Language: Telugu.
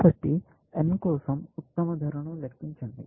కాబట్టి n కోసం ఉత్తమ ధరను లెక్కించండి